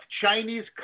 Chinese